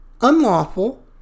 unlawful